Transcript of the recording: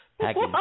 package